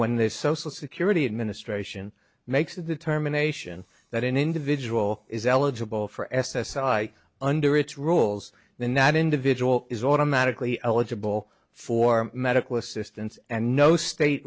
social security administration makes a determination that an individual is eligible for s s i under its rules then that individual is automatically eligible for medical assistance and no state